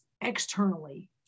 externally